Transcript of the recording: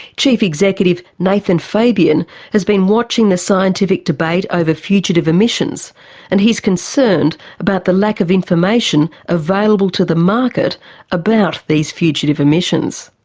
chief executive nathan fabian has been watching the scientific debate over fugitive emissions and he's concerned about the lack of information available to the market about these fugitive emissions.